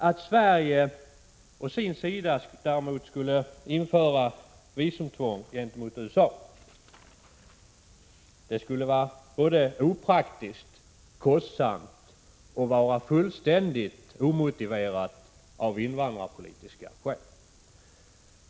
Att Sverige å sin sida däremot skulle införa visumtvång gentemot USA skulle vara både opraktiskt, kostsamt och fullständigt omotiverat av invandrarpolitiska skäl.